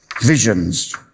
visions